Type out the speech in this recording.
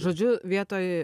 žodžiu vietoj